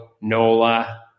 Nola